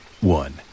one